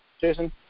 Jason